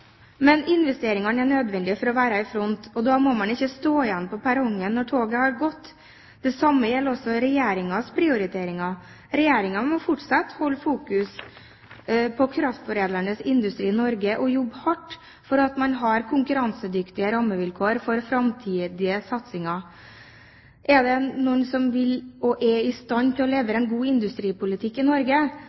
Men investeringer er nødvendige for at man skal være i front, og da må man ikke stå igjen på perrongen når toget har gått. Det samme gjelder også Regjeringens prioriteringer. Regjeringen må fortsette å fokusere på kraftforedlende industri i Norge, og jobbe hardt for at man får konkurransedyktige rammevilkår for framtidige satsinger. Er det noen som er i stand til å levere en god industripolitikk i Norge,